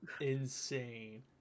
insane